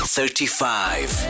Thirty-five